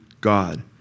God